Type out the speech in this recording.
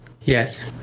yes